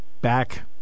back